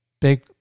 big